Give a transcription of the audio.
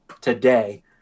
today